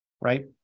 right